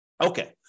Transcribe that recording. Okay